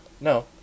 No